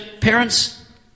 parents